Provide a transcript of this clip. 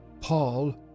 Paul